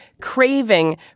craving